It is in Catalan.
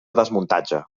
desmuntatge